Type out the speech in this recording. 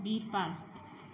Birpal